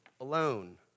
alone